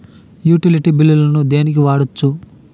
Utility బిల్లులను దేనికి వాడొచ్చు?